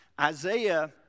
Isaiah